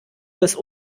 des